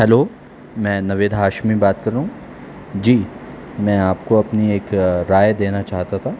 hello میں نوید ہاشمی بات کر رہا ہوں جی میں آپ کو اپنی ایک رائے دینا چاہتا تھا